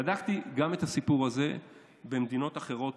בדקתי גם את הסיפור הזה במדינות אחרות